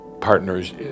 partners